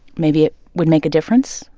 maybe it would make a difference.